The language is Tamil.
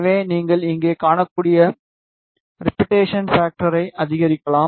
எனவே நீங்கள் இங்கே காணக்கூடிய ரிபிடேஷன் பாக்டாரை அதிகரிக்கலாம்